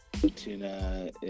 tuna